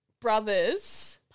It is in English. Brothers